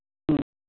ꯎꯝ